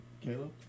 Caleb